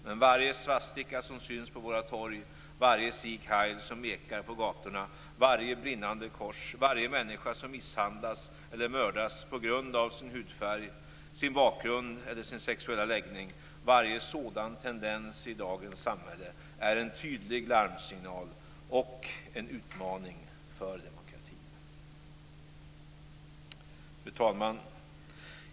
Men varje svastika som syns på våra torg, varje Sieg Heil som ekar på gatorna, varje brinnande kors, varje människa som misshandlas eller mördas på grund av sin hudfärg, sin bakgrund eller sin sexuella läggning - varje sådan tendens i dagens samhälle är en tydlig larmsignal och en utmaning för demokratin. Fru talman!